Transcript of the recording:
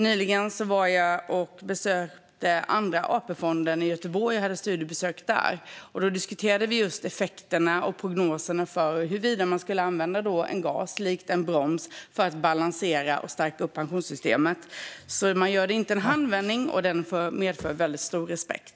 Nyligen besökte jag Andra AP-fonden i Göteborg, och då diskuterade vi just prognoserna för och effekterna av att använda gas på samma sätt som en broms för att balansera och stärka upp pensionssystemet. Man gör det inte i en handvändning, och det måste göras med stor respekt.